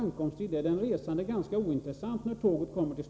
Detta förfarande strider enligt min mening mot högskolelagens 10§.